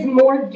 more